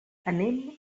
anem